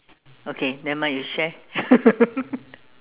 okay nevermind you share